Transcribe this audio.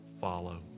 follow